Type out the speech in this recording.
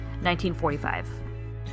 1945